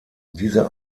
diese